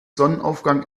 sonnenaufgang